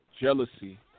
jealousy